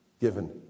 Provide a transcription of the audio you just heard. given